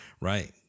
right